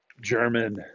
German